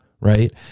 right